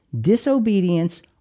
Disobedience